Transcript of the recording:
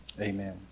Amen